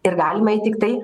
ir galima jį tiktai